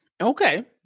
Okay